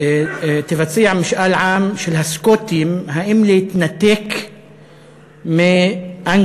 תבצע משאל עם של הסקוטים, האם להתנתק מאנגליה.